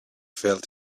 felt